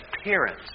appearance